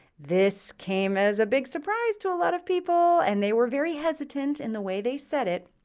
this came as a big surprise to a lot of people, and they were very hesitant in the way they said it,